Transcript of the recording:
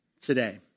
Today